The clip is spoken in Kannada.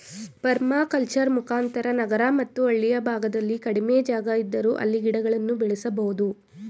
ಪರ್ಮಕಲ್ಚರ್ ಮುಖಾಂತರ ನಗರ ಮತ್ತು ಹಳ್ಳಿಯ ಭಾಗದಲ್ಲಿ ಕಡಿಮೆ ಜಾಗ ಇದ್ದರೂ ಅಲ್ಲಿ ಗಿಡಗಳನ್ನು ಬೆಳೆಸಬೋದು